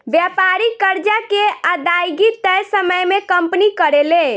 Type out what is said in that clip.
व्यापारिक कर्जा के अदायगी तय समय में कंपनी करेले